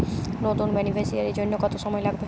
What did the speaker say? নতুন বেনিফিসিয়ারি জন্য কত সময় লাগবে?